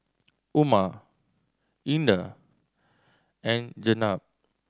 Umar Indah and Jenab